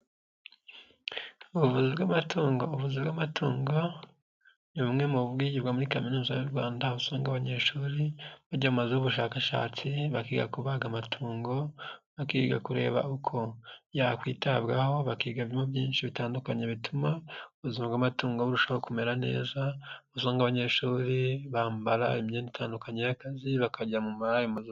Ubuvuzi bw'amatungo ni bumwe mu bwirwa muri kaminuza y'u Rwanda, aho usanga abanyeshuri bajya mu mazu y'ubushakashatsi bakiga kubaga amatungo, bakiga kureba uko yakwitabwaho, bakigamo byinshi bitandukanye bituma ubuzima bw'amatungo burushaho kumera neza, aho usanga abanyeshuri bambara imyenda itandukanye y'akazi bakajya mu mazu.